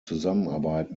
zusammenarbeit